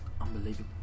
unbelievable